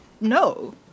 no